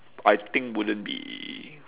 I think wouldn't be